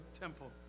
temple